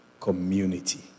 community